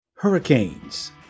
Hurricanes